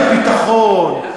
אני הביטחון,